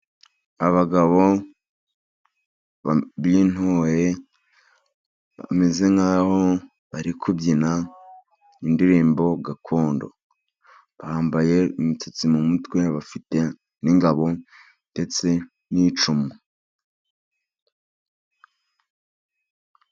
Abagabo b'intore bameze nk'aho bari kubyina indirimbo gakondo, bambaye imisatsi mu mutwe, bafite n'ingabo ndetse n'icumu.